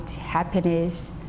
happiness